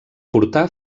portar